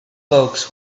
folks